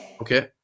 Okay